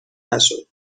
نشد